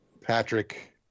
Patrick